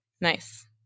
Nice